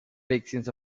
victims